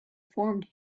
formed